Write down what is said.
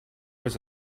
was